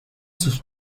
sus